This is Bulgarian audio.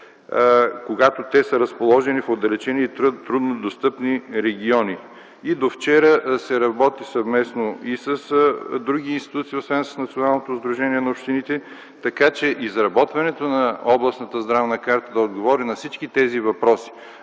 когато те са разположени в отдалечени и труднодостъпни региони. До вчера се работи съвместно и с други институции освен с Националното сдружение на общините, така че изработването на областната здравна карта да отговори на всички тези въпроси.